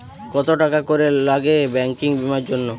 কত টাকা করে লাগে ব্যাঙ্কিং বিমার জন্য?